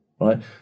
right